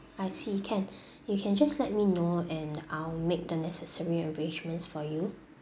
I see can you can just let me know and I'll make the necessary arrangements for you